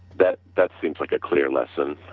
that that seems like a clear lesson.